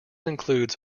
includes